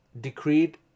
decreed